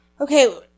Okay